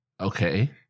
Okay